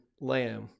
lamb